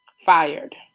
Fired